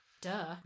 duh